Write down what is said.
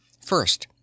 First